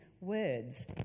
words